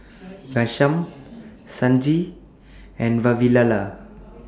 Ghanshyam Sanjeev and Vavilala